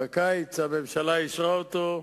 בקיץ הממשלה אישרה אותו,